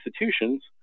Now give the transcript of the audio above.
institutions